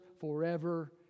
forever